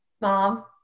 Mom